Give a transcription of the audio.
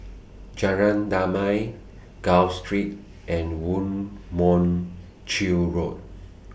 Jalan Damai Gul Street and Woo Mon Chew Road